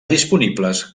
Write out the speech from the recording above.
disponibles